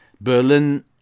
Berlin